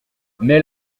mais